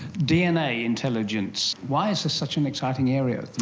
dna intelligence, why is this such an exciting area